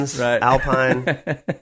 alpine